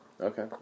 Okay